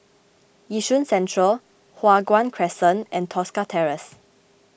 Yishun Central Hua Guan Crescent and Tosca Terrace